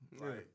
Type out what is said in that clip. Right